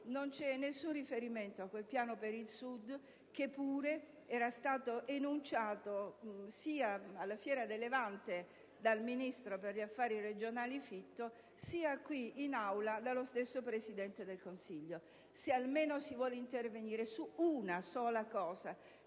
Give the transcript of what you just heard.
non c'è nessun riferimento a quel piano per il Sud che pure era stato enunciato sia alla Fiera del Levante dal ministro per gli affari regionali Fitto, sia qui in Aula dallo stesso Presidente del Consiglio. Se almeno si volesse intervenire su una cosa sola